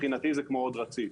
מבחינתי זה כמו עוד רציף.